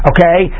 Okay